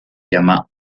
llama